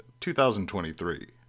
2023